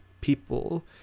people